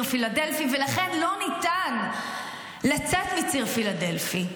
פילדלפי ולכן לא ניתן לצאת מציר פילדלפי,